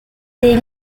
des